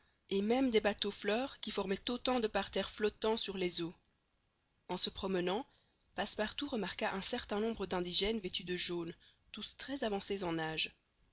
et même des bateaux fleurs qui formaient autant de parterres flottants sur les eaux en se promenant passepartout remarqua un certain nombre d'indigènes vêtus de jaune tous très avancés en âge